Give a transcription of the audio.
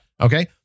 Okay